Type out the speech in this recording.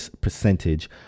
percentage